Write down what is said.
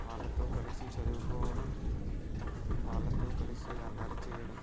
వాళ్ళతో కలిసి చదువుకోవడం వాళ్ళతో కలిసి అల్లరి చేయడం